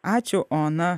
ačiū ona